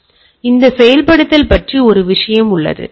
எனவே இந்த செயல்படுத்தல் பற்றி ஒரு விஷயம் உள்ளது